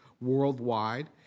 worldwide